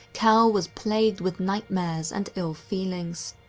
cal was plagued with nightmares and ill feelings.